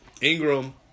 Ingram